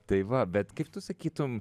tai va bet kaip tu sakytum